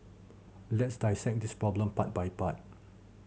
let's dissect this problem part by part